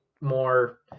more